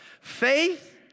Faith